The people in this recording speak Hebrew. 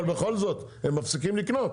אבל בכל זאת הם מפסיקים לקנות.